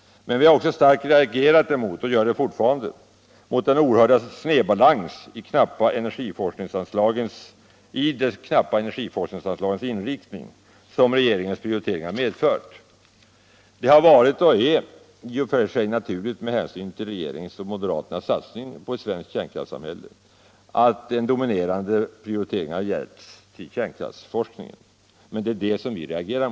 Men vi har också starkt reagerat — och gör det fortfarande —- mot den oerhörda snedbalans i de knappa energiforskningsanslagens inriktning som regeringens prioritering har medfört. Det har varit och är i och för sig naturligt, med hänsyn till regeringens och moderaternas satsning på ett svenskt kärnkraftssamhälle, att kärnkraftsforskningen har getts dominerande prioriteringar. Men det är emot det som vi reagerar.